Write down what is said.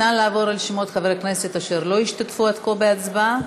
נא לעבור על שמות חברי הכנסת אשר לא השתתפו עד כה בהצבעה.